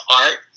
art